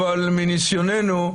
אבל מניסיוננו,